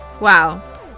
wow